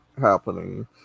happening